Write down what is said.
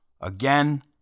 Again